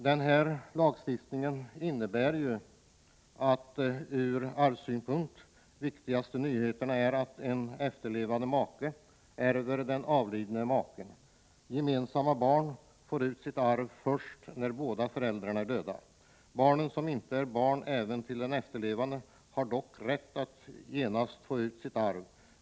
De viktigaste förändringarna ur arvssynpunkt är följande. En efterlevande make ärver den avlidne maken. Gemensamma barn får ut sitt arv först när båda föräldrarna är döda. Barn som inte är barn även till den efterlevande har dock rätt att genast få ut sitt arv.